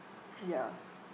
ya